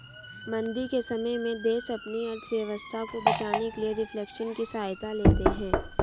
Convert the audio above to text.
मंदी के समय में देश अपनी अर्थव्यवस्था को बचाने के लिए रिफ्लेशन की सहायता लेते हैं